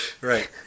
Right